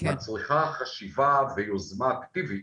צריכה חשיבה ויוזמה אקטיבית,